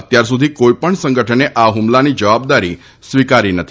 અત્યાર સુધી કોઇ પણ સંગઠને આ ફમલાની જવાબદારી સ્વીકારી નથી